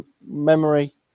Memory